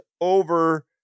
over